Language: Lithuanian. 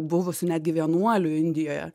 buvusiu netgi vienuoliu indijoje